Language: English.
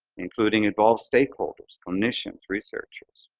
including involved stakeholders, clinicians, researchers,